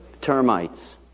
termites